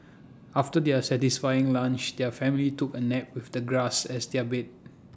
after their satisfying lunch their family took A nap with the grass as their bed